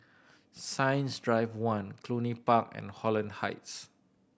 Science Drive One Cluny Park and Holland Heights